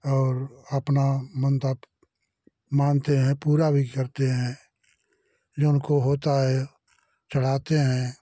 और अपना मन्नत मांगते है पूरा भी करते हैं जो उनको होता है चढ़ाते हैं